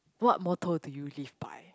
what motto do you live by